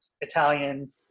Italian